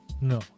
no